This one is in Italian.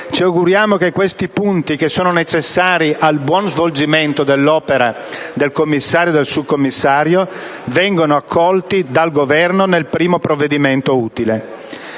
Ci auguriamo che questi punti, necessari al buon svolgimento dell'opera del commissario e del subcommissario, vengano accolti dal Governo nel primo provvedimento utile.